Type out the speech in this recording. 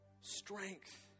Strength